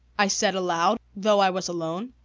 i said aloud, though i was alone.